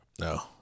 no